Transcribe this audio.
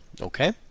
Okay